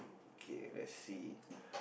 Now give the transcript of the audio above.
okay let's see